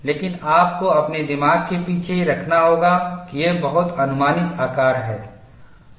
लेकिन आपको अपने दिमाग के पीछे रखना होगा कि ये बहुत अनुमानित आकार हैं